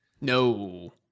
No